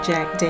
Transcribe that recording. Jack